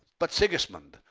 but, sigismund,